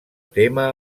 tema